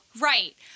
right